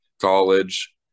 college